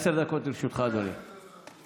עשר דקות לרשותך, אדוני.